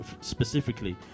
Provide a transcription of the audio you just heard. specifically